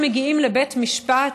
כאשר מגיעים לבית המשפט,